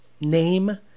name